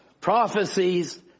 prophecies